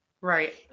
Right